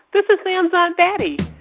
this is sam's aunt betty.